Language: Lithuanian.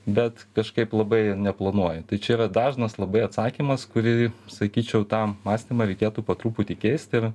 bet kažkaip labai neplanuoju tai čia yra dažnas labai atsakymas kurį sakyčiau tą mąstymą reikėtų po truputį keist ir